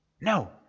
No